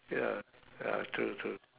ya ya true true